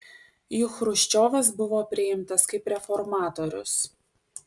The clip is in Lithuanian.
juk chruščiovas buvo priimtas kaip reformatorius